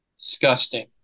Disgusting